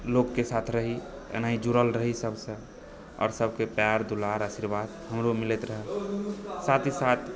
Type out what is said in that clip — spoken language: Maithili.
लोगके साथ रही एनाही जुड़ल रही सबसँ आओर सबके प्यार दुलार आशीर्वाद हमरो मिलैत रहै साथ ही साथ